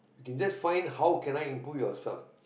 you can just find how can I improve yourself